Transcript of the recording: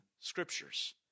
scriptures